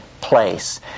place